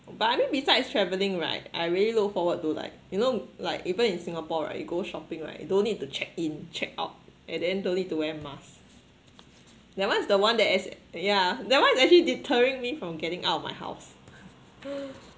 but I mean besides travelling right I really look forward to like you know like even in singapore right you go shopping right you don't need to check in check out and then don't need to wear mask that one is the one that as yeah that one is actually deterring me from getting out of my house